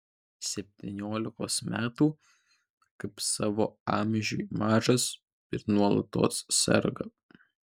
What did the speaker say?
septyniolikos metų kaip savo amžiui mažas ir nuolatos serga